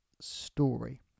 story